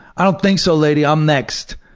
i don't think so lady, i'm next.